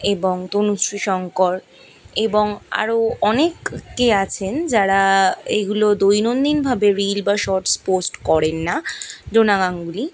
এবং তনুশ্রী শঙ্কর এবং আরও অনেকে আছেন যারা এইগুলো দৈনন্দিনভাবে রিল বা শটস পোস্ট করেন না ডোনা গাঙ্গুলি